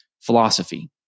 philosophy